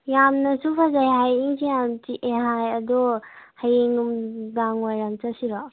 ꯌꯥꯝꯅꯁꯨ ꯐꯖꯩ ꯍꯥꯏꯌꯦ ꯏꯪꯁꯨ ꯌꯥꯝ ꯆꯤꯛꯑꯦ ꯍꯥꯏꯌꯦ ꯑꯗꯣ ꯍꯌꯦꯡ ꯅꯨꯡꯗꯥꯡꯋꯥꯏꯔꯝ ꯆꯠꯁꯤꯔꯣ